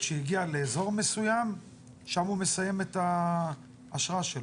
שהגיע לאזור מסוים שם הוא מסיים את האשרה שלו?